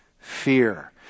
fear